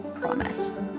promise